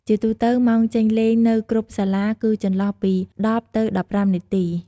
ជាទូទៅម៉ោងចេញលេងនៅគ្រប់សាលាគឺចន្លោះពី ១០ទៅ១៥នាទី។